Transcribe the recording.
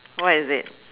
what is it